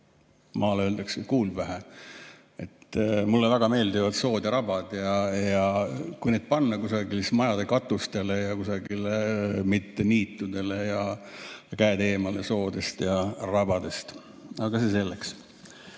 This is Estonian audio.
Maal öeldakse, et kuul pähe. Mulle väga meeldivad sood ja rabad. Kui neid [paneele] kusagile panna, siis majade katustele ja kusagile, mitte niitudele. Käed eemale soodest ja rabadest! Aga see selleks.